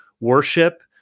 worship